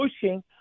pushing